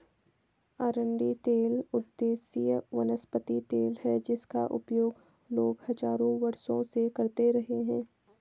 अरंडी तेल बहुउद्देशीय वनस्पति तेल है जिसका उपयोग लोग हजारों वर्षों से करते रहे हैं